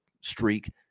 streak